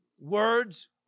words